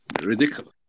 ridiculous